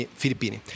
filippini